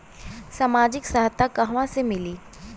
सामाजिक सहायता कहवा से मिली?